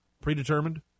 predetermined